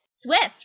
Swift